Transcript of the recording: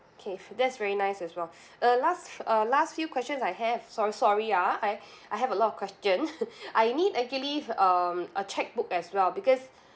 okay that's very nice as well uh last uh last few questions I have sor~ sorry ya I I have a lot of questions I need actually um a chequebook as well because